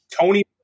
Tony